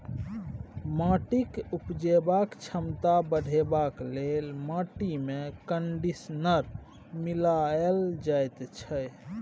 माटिक उपजेबाक क्षमता बढ़ेबाक लेल माटिमे कंडीशनर मिलाएल जाइत छै